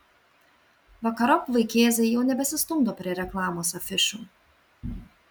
vakarop vaikėzai jau nebesistumdo prie reklamos afišų